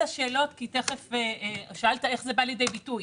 שאלת איך זה בא לידי ביטוי.